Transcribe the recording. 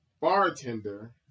bartender